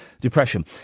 depression